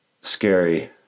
scary